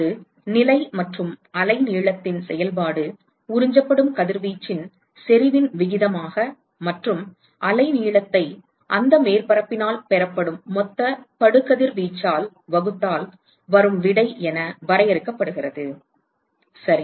அது நிலை மற்றும் அலைநீளத்தின் செயல்பாடு உறிஞ்சப்படும் கதிர்வீச்சின் செறிவின் விகிதமாக மற்றும் அலைநீளத்தை அந்த மேற்பரப்பினால் பெறப்படும் மொத்த படுகதிர்வீச்சால் வகுத்தால் வரும் விடை என வரையறுக்கப்படுகிறது சரி